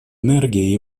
энергия